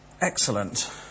excellent